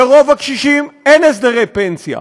לרוב הקשישים אין הסדרי פנסיה,